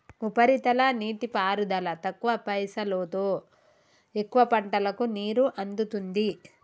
ఉపరితల నీటిపారుదల తక్కువ పైసలోతో ఎక్కువ పంటలకు నీరు అందుతుంది